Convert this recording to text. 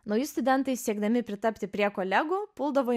nauji studentai siekdami pritapti prie kolegų puldavo